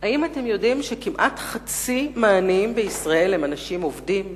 האם אתם יודעים שכמעט חצי מהעניים בישראל הם אנשים עובדים?